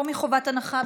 תודה.